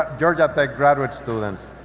georgia tech graduate students.